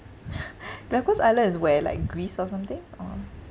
galapagos island is where like greece or something or